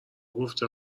گفته